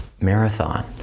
Marathon